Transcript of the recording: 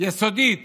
יסודית